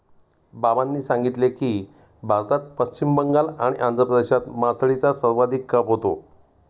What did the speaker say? बाबांनी सांगितले की, भारतात पश्चिम बंगाल आणि आंध्र प्रदेशात मासळीचा सर्वाधिक खप होतो